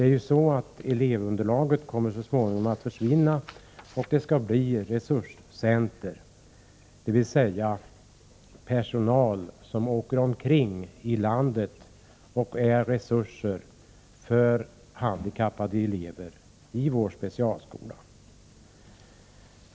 Elevunderlaget för skolan kommer så småningom att försvinna, och då återstår detta resurscenter. Det betyder att personal åker runt i landet och hjälper handikappade elever i specialskolorna.